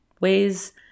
ways